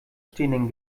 stehenden